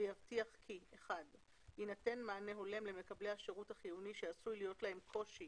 ויבטיח כי - יינתן מענה הולם למקבלי השירות החיוני שעשוי להיות להם קושי